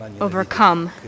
overcome